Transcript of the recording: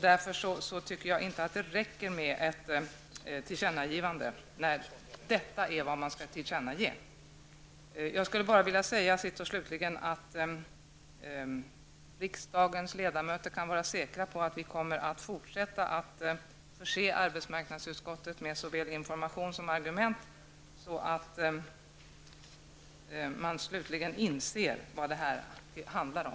Därför tycker jag att det inte räcker med ett tillkännagivande när detta är vad man skall tillkännage. Sist och slutligen skulle jag vilja säga att riksdagens ledamöter kan vara säkra på att vi kommer att fortsätta att förse arbetsmarknadsutskottet med såväl information som argument, så att man slutligen till fullo inser vad det här handlar om.